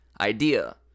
idea